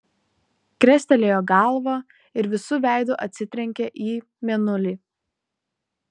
krestelėjo galvą ir visu veidu atsitrenkė į mėnulį